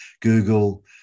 Google